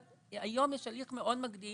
היום יש הליך מאוד מקדים